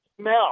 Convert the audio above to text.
smell